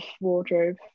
wardrobe